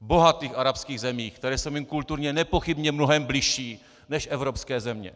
V bohatých arabských zemích, které jsou jim kulturně nepochybně mnohem bližší než evropské země?